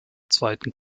zweiten